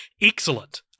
Excellent